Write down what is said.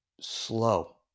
slow